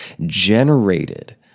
generated